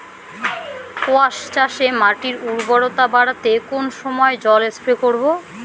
কোয়াস চাষে মাটির উর্বরতা বাড়াতে কোন সময় জল স্প্রে করব?